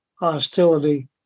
hostility